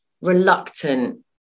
reluctant